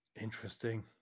Interesting